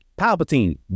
Palpatine